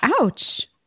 Ouch